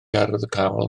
arwyddocaol